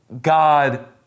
God